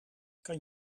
kan